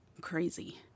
Crazy